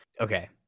Okay